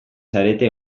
zarete